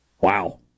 Wow